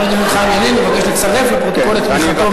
ילין מבקש לצרף לפרוטוקול את תמיכתו בחוק החשוב הזה.